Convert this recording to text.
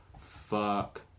Fuck